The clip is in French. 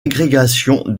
agrégation